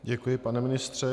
Děkuji, pane ministře.